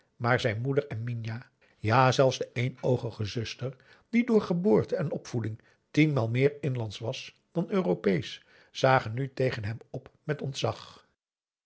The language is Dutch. maar zijn moeder en minah ja zelfs de eenoogige zuster die door geboorte en opvoeding tienmaal meer inlandsch was dan uropeesch zagen nu tegen hem op met ontzag